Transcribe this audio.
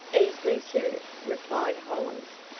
easily, sir, replied hollins.